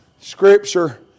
Scripture